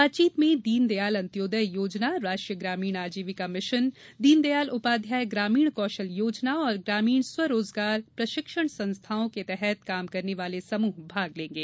बातचीत में दीनदयाल अन्त्योदय योजना राष्ट्रीय ग्रामीण आजीविका मिशन दीनदयाल उपाध्याय ग्रामीण कौशल योजना और ग्रामीण स्व रोजगार प्रशिक्षण संस्थानों के तहत काम करने वाले समूह भाग लेंगे